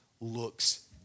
looks